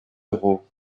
euro